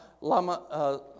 Lama